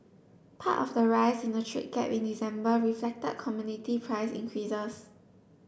part of the rise in the trade gap in December reflected commodity price increases